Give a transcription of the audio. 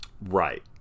right